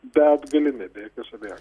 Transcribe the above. bet galimi be jokios abejonės